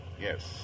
Yes